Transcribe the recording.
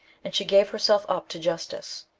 and she gave herself up to justice.